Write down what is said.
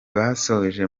basoje